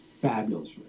fabulous